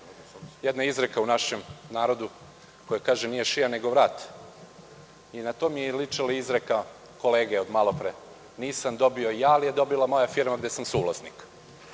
jedna izreka u našem narodu koja kaže: „Nije šija nego vrat“. Na to mi je ličila izreka kolege od malopre – nisam dobio ja, ali je dobila moja firma gde sam suvlasnik.